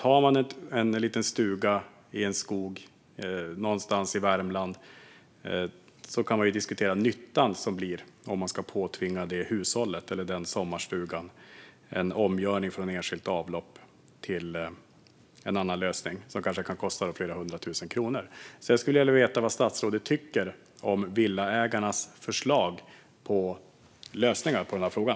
Har man en liten stuga i en skog någonstans i Värmland kan man diskutera nyttan med att påtvinga det hushållet eller den sommarstugan en omgörning från enskilt avlopp till en annan lösning, som kanske kan kosta flera hundra tusen kronor. Jag skulle vilja veta vad statsrådet tycker om Villaägarnas förslag till lösningar på frågan.